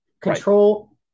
Control